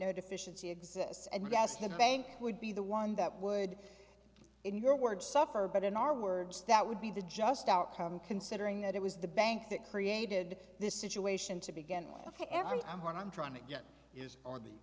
no deficiency exists and gas had a bank would be the one that would in your words suffer but in our words that would be the just outcome considering that it was the bank that created this situation to begin with every time when i'm trying to get his or the